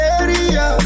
area